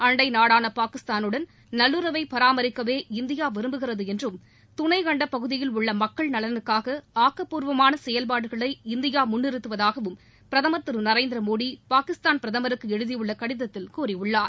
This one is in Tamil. அன்டை நாடான பாகிஸ்தானுடன் நல்லுறவை பராமரிக்கவே இந்தியா விரும்புகிறது என்றும் துணைகண்ட பகுதியில் உள்ள மக்கள் நலனுக்காக ஆக்கப்பூர்வமாள செயல்பாடுகளை இந்தியா முன்னிறுத்துவதாகவும் பிரதமர் திரு நரேந்திரமோடி பாகிஸ்தான் பிரதமருக்கு எழுதியுள்ள கடிதத்தில் கூறியுள்ளார்